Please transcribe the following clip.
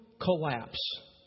collapse